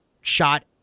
shot